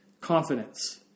confidence